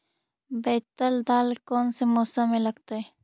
बैतल दाल कौन से मौसम में लगतैई?